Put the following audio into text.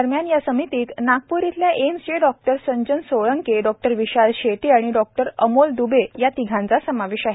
दरम्यान या समितीत नागपूर येथील एम्स चे डॉ संजन सोळंके डॉ विशाल शेटे आणि डॉ अमोल द्बे या तिघांचा समावेश आहे